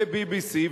ב-BBC,